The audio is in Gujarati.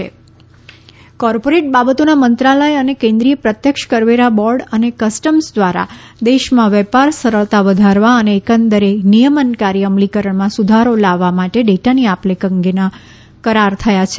કોર્પોરેટ કરાર કોર્પોરેટ બાબતોના મંત્રાલય અને કેન્દ્રીય પ્રત્યક્ષ કરવેરા બોર્ડ અને કસ્ટમ્સ દ્વારા દેશમાં વેપાર સરળતા વધારવા અને એકંદરે નિયમનકારી અમલીકરણમાં સુધારો લાવવા માટે ડેટાની આપલે અંગેના કરાર થયા છે